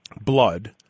blood